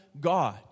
God